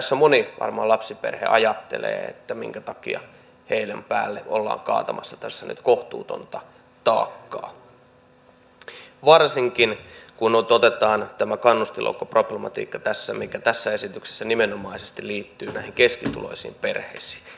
varmaan moni lapsiperhe ajattelee sitä minkä takia heidän päälleen ollaan nyt kaatamassa kohtuutonta taakkaa varsinkin kun otetaan tämä kannustinloukkuproblematiikka mikä tässä esityksessä liittyy nimenomaan keskituloisiin perheisiin